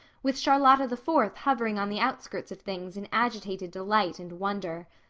with charlotta the fourth hovering on the outskirts of things in agitated delight and wonder.